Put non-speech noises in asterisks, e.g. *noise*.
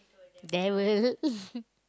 there will *laughs*